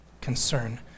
concern